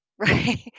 right